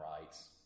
rights